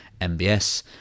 MBS